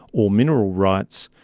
or mineral rights,